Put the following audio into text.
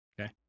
Okay